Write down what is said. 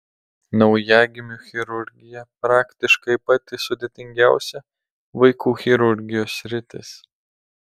naujagimių chirurgija praktiškai pati sudėtingiausia vaikų chirurgijos sritis